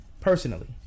personally